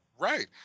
Right